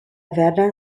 verdan